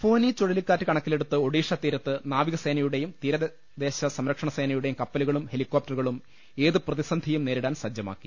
ഫോനി ചുഴലിക്കാറ്റ് കണക്കിലെടുത്ത് ഒഡിഷാ തീരത്ത് നാവി കസേനയുടെയും തീരദേശസംരക്ഷണസേനയുടെയും കപ്പലു കളും ഹെലികോപ്റ്ററുകളും ഏതു പ്രതിസന്ധിയും നേരിടാൻ സജ്ജമാക്കി